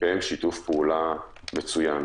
מתקיים שיתוף פעולה מצוין.